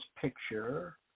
picture